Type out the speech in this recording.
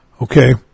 Okay